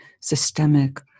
systemic